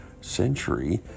century